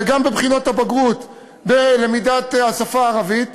גם בבחינות הבגרות, את למידת השפה הערבית.